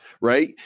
right